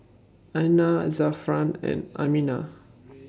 Aina Zafran and Aminah